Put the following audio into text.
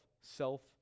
self